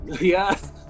Yes